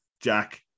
Jack